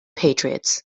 patriots